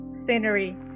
scenery